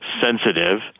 sensitive